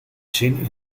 zin